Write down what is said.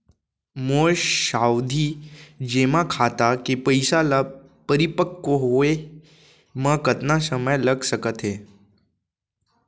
मोर सावधि जेमा खाता के पइसा ल परिपक्व होये म कतना समय लग सकत हे?